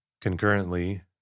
Concurrently